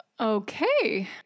Okay